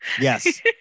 Yes